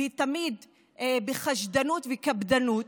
והיא תמיד בחשדנות וקפדנות,